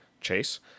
chase